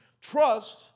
trust